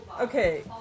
Okay